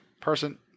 Person